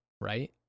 right